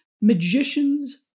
Magician's